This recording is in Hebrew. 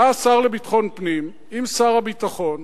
בא השר לביטחון פנים, עם שר הביטחון,